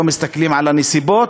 לא מסתכלים על הנסיבות,